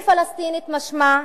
אני פלסטינית, משמע,